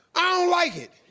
ah like it.